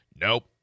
nope